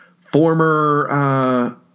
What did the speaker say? former